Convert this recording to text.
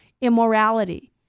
immorality